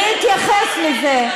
אני אתייחס לזה.